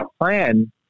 plan